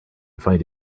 find